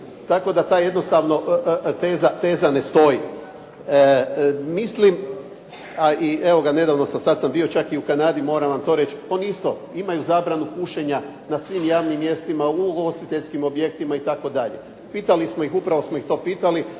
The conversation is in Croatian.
tako da jednostavno ta teza ne stoji. Mislim a i evo ga nedavno sam bio čak i u Kanadi, moram vam to reći. Oni isto imaju zabranu pušenja na svim radnim mjestima u ugostiteljskim objektima itd. Pitali smo ih, upravo smo ih to pitali,